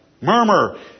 Murmur